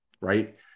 right